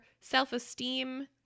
self-esteem